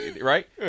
right